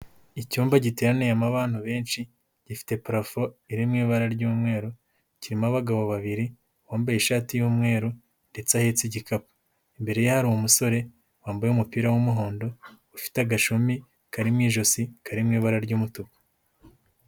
Icyumba giteraniyemo bantu benshi, gifite parafo iri mu ibara ry'umweru, kirimo abagabo babiri: wambaye ishati y'umweru ndetse ahetse igikapu. Imbere ye hari umusore wambaye umupira w'umuhondo, ufite agashumi kari mu ijosi, kari mu ibara ry'umutuku.